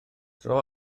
dro